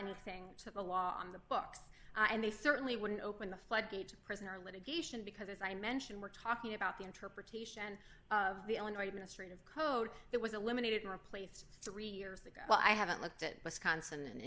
anything to the law on the books and they certainly wouldn't open the floodgates of prisoner litigation because as i mentioned we're talking about the interpretation of the illinois ministry of code that was eliminated and replaced three years ago but i haven't looked at wisconsin and